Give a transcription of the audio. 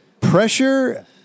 Pressure